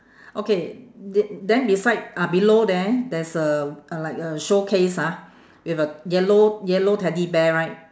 okay th~ then beside ah below there there's a a like a showcase ah with a yellow yellow teddy bear right